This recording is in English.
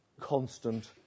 constant